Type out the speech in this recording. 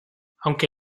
aunque